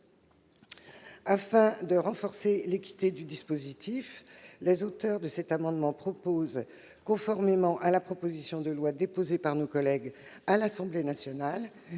Afin de renforcer l'équité du dispositif, les auteurs de cet amendement proposent, conformément à la proposition de loi déposée par nos collègues à l'Assemblée nationale,